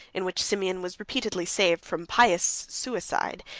in which simeon was repeatedly saved from pious suicide,